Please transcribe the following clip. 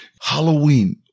Halloween